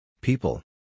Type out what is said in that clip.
People